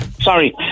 Sorry